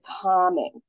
calming